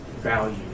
value